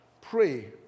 pray